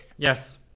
Yes